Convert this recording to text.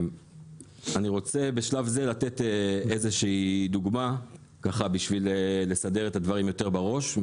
אני רוצה בשלב זה לתת איזו שהיא דוגמה כדי לסדר את הדברים יותר בראש.